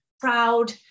proud